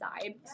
side